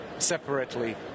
Separately